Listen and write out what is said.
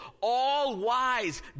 all-wise